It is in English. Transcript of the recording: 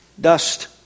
Dust